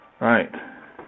Right